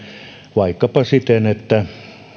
vaikkapa siten että